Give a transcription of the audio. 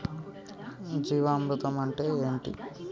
జీవామృతం అంటే ఏంటి?